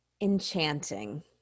enchanting